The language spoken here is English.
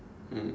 mm